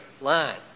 line